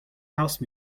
house